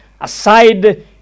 aside